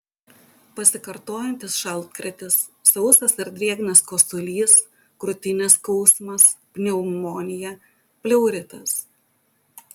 pasikartojantis šaltkrėtis sausas ar drėgnas kosulys krūtinės skausmas pneumonija pleuritas